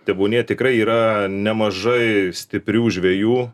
tebūnie tikrai yra nemažai stiprių žvejų